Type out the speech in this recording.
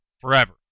forever